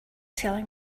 telling